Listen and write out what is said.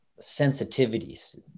sensitivities